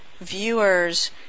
viewers